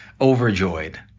overjoyed